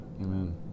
Amen